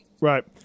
Right